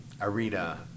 arena